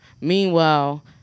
Meanwhile